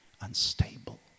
unstable